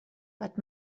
but